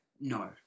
No